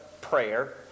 prayer